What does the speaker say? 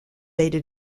beta